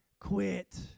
quit